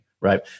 right